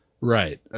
Right